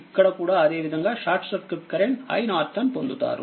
ఇక్కడ కూడా అదే విధంగాషార్ట్ సర్క్యూట్ కరెంట్ iN పొందుతారు